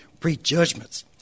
prejudgments